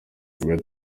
ibi